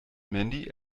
mandy